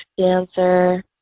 dancer